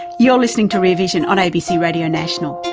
you're listening to rear vision on abc radio national.